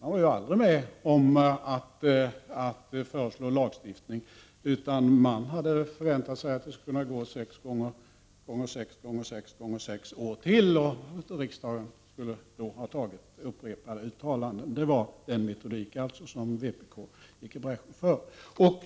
Ni var ju aldrig med om att föreslå lagstiftning, utan ni förväntade er tydligen att det skulle gå sex gånger sex gånger sex gånger sex år under det att riksdagen gjorde upprepade uttalanden. Det var den metodik som vpk gick i bräschen för.